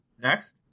Next